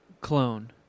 clone